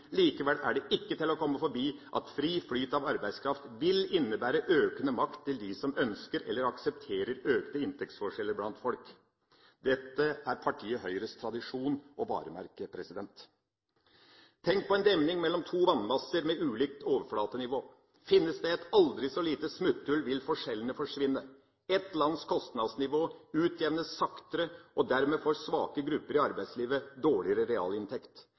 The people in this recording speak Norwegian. Likevel er det ikke til å komme forbi at fri flyt av arbeidskraft vil innebære økende makt til dem som ønsker – eller aksepterer – økte inntektsforskjeller blant folk. Dette er partiet Høyres tradisjon og varemerke. Tenk på en demning mellom to vannmasser med ulikt overflatenivå. Finnes det et aldri så lite smutthull, vil forskjellene forsvinne. Ett lands kostnadsnivå utjevnes saktere, og dermed får svake grupper i arbeidslivet dårligere realinntekt.